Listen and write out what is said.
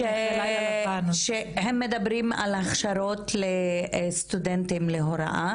שהם מדברים על הכשרות לסטודנטים להוראה